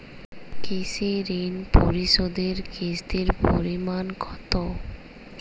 কৃষি ঋণ পরিশোধের কিস্তির পরিমাণ কতো?